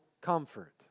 comfort